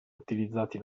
utilizzati